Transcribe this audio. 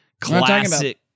Classic